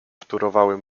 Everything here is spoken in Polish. wtórowały